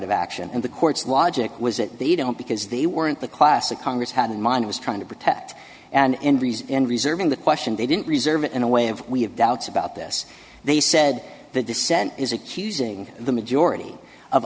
of action and the court's logic was that they don't because they weren't the classic congress had in mind was trying to protect and reason in reserving the question they didn't reserve it in a way of we have doubts about this they said the dissent is accusing the majority of